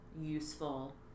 useful